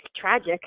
tragic